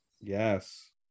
yes